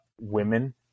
women